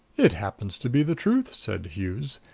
it happens to be the truth, said hughes.